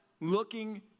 Looking